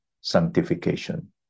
sanctification